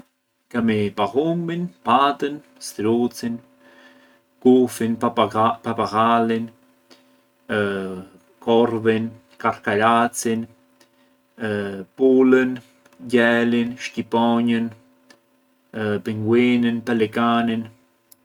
Kemi pallumbin, patën, strucin, gufin, papaghalin, korvin, karkaracin, pulën, gjelin, shqiponjën, pinguinin, pelikanin.